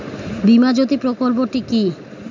বীমা জ্যোতি প্রকল্পটি কি?